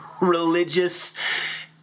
religious